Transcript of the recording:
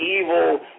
evil